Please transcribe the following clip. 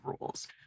rules